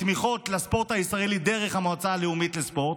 את התמיכות לספורט הישראלי דרך המועצה הלאומית לספורט,